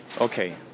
Okay